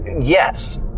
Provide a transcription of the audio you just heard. Yes